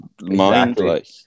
mind-like